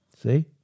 See